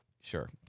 Sure